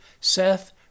Seth